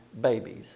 babies